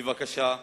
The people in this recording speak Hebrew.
בבקשה,